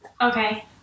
Okay